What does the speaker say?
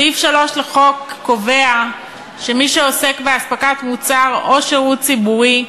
סעיף 3 לחוק קובע שמי שעוסק באספקת מוצר או שירות ציבורי,